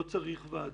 לא צריך ועדה.